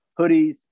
hoodies